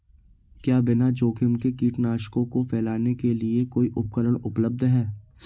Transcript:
क्या बिना जोखिम के कीटनाशकों को फैलाने के लिए कोई उपकरण उपलब्ध है?